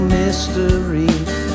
mystery